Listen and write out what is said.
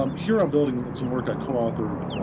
um here i'm building and on some work i coauthored,